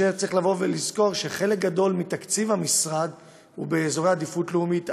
צריך לזכור שחלק גדול מתקציב המשרד הוא לאזורי עדיפות לאומית א',